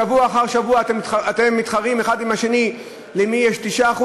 שבוע אחר שבוע אתם מתחרים האחד עם השני למי יש 9%,